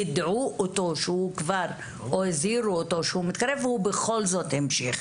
יידעו אותו או הזהירו אותו שהוא מתקרב והוא בכל זאת המשיך.